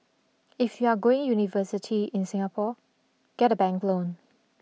if you're going university in Singapore get a bank loan